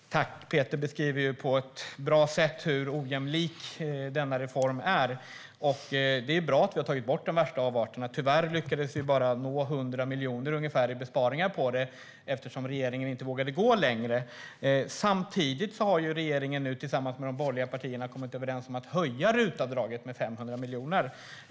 Herr talman! Peter Persson beskriver på ett bra sätt hur ojämlik denna reform är. Det är bra att vi har tagit bort de värsta avarterna. Tyvärr lyckades vi bara nå ungefär 100 miljoner i besparingar eftersom regeringen inte vågade gå längre. Samtidigt har regeringen tillsammans med de borgerliga partierna kommit överens om att höja RUT-avdraget med 500 miljoner.